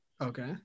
Okay